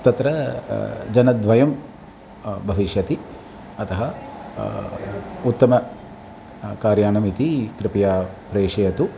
तत्र जनद्वयं भविष्यति अतः उत्तमं कार्यानम् इति कृपया प्रेषयतु